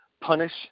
punish